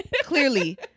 Clearly